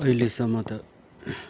अहिलेसम्म त